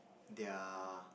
their